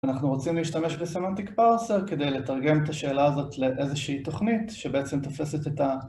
אנחנו רוצים להשתמש בסמנטיק פארסר כדי לתרגם את השאלה הזאת לאיזושהי תוכנית שבעצם תופסת את ה...